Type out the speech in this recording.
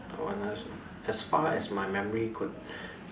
as far as my memory could